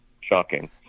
shocking